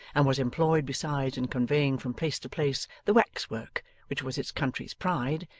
and was employed besides in conveying from place to place the wax-work which was its country's pride,